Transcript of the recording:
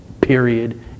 Period